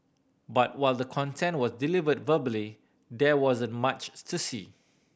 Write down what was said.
but while the content was delivered verbally there wasn't much to see